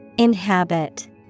Inhabit